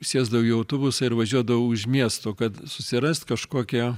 sėsdavau į autobusą ir važiuodavau už miesto kad susirast kažkokią